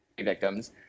victims